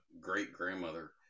great-grandmother